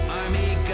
army